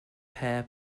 pair